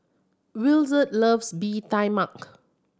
Williard loves Bee Tai Mak